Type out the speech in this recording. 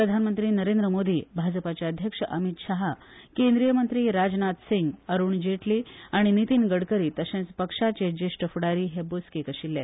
प्रधानमंत्री नरेंद्र मोदी भाजपाचे अध्यक्ष अमित शहा केंद्रीय मंत्री राजनाथ सिंग अरूण जेटली आनी नितीन गडकरी तशेच पक्षाचे ज्येष्ठ फुडारी हे बसकेक आशिल्ले